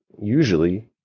usually